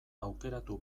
aukeratu